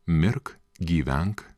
mirk gyvenk